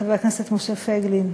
חבר הכנסת משה פייגלין,